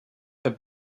have